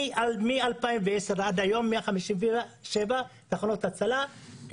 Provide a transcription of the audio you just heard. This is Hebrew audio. מ-2010 ועד היום יש 157 תחנות הצלה,